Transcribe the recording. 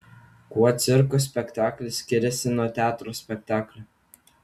kuo cirko spektaklis skiriasi nuo teatro spektaklio